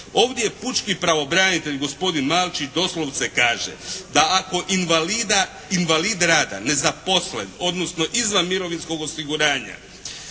Ovdje pučki pravobranitelj gospodin Malčić doslovce kaže da ako invalid rada nezaposlen, odnosno izvan mirovinskog osiguranja